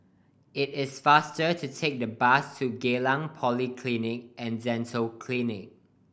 it is faster to take the bus to Geylang Polyclinic And Dental Clinic